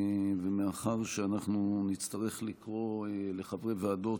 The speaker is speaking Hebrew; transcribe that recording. ומאחר שאנחנו נצטרך לקרוא לחברי ועדות